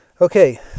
okay